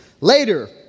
Later